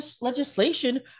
legislation